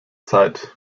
zeit